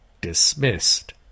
Dismissed